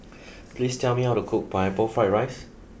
please tell me how to cook Pineapple Fried Rice